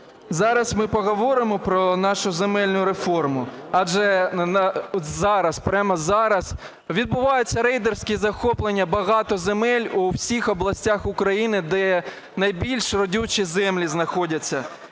Зараз ми поговоримо про нашу земельну реформу, адже от зараз, от прямо зараз відбувається рейдерське захоплення багатьох земель у всіх областях України, де найбільш родючі землі знаходяться.